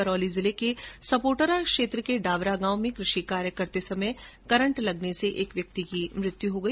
करौली जिले के सपोटरा क्षेत्र के डावरा गांव में कृषि कार्य करते समय करंट लगने से एक व्यक्ति की मौत हो गई